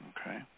Okay